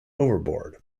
overboard